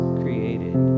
created